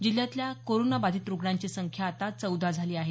जिल्ह्यातल्या कोरोना बाधित रुग्णांची संख्या आता चौदा झाली आहे